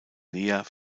leah